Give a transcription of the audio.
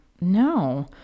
no